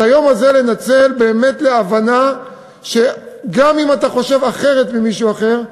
את היום הזה לנצל באמת להבנה שגם אם אתה חושב אחרת ממישהו אחר,